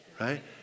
Right